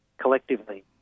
collectively